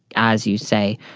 as you say,